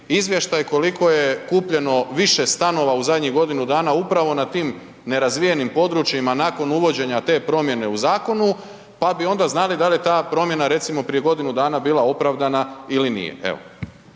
izvještaj koliko je kupljeno više stanova u zadnjih godinu dana upravo na tim nerazvijenim područjima nakon uvođenja te promjene u zakonu, pa bi onda znali da li je ta promjena recimo prije godinu dana bila opravdana ili nije,